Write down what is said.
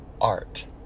Art